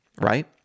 right